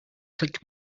click